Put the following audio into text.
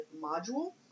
module